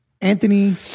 Anthony